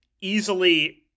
easily